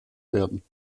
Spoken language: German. werden